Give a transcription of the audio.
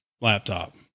laptop